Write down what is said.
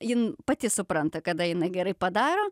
jin pati supranta kada jinai gerai padaro